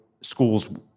schools